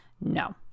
no